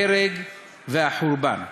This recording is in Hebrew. ההרג והחורבן.